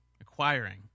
acquiring